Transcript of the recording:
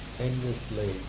endlessly